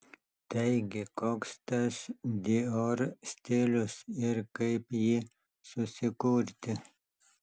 taigi koks tas dior stilius ir kaip jį susikurti